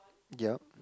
yup